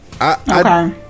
okay